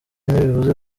ntibivuze